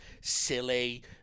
silly